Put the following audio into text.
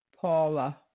paula